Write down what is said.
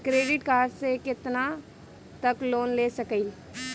Credit card से कितना तक लोन ले सकईल?